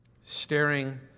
Staring